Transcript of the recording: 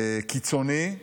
קיצוני,